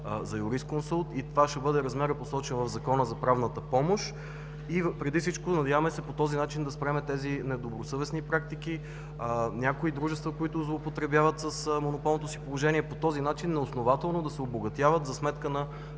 за юрисконсулт, и това ще бъде размерът, посочен в Закона за правната помощ. Преди всичко се надяваме по този начин да спрем такива недобросъвестни практики – някои дружества, които злоупотребяват с монополното си положение и по този начин на практика неоснователно се обогатяват за сметка на